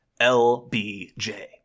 LBJ